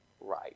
right